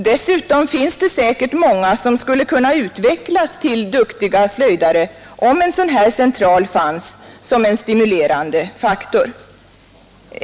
Dessutom finns det säkert många som skulle kunna utvecklas till duktiga slöjdare, om en sådan central funnes som en 119 stimulerande faktor.